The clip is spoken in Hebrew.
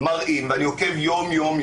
אבל רוב מכריע של יושבי הבית הזה,